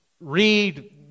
read